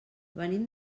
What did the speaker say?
venim